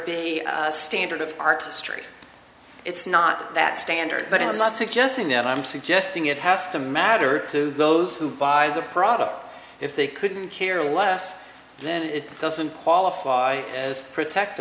r standard of artistry it's not that standard but i'm not suggesting that i'm suggesting it has to matter to those who buy the product if they couldn't care less then it doesn't qualify as protect